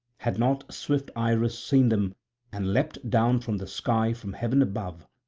had not swift iris seen them and leapt down from the sky from heaven above,